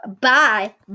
Bye